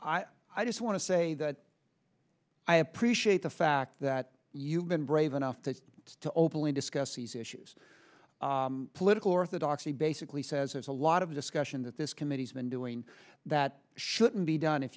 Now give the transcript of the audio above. and i just want to say that i appreciate the fact that you've been brave enough that to openly discuss these issues political orthodoxy basically says there's a lot of discussion that this committee's been doing that shouldn't be done if